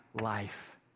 life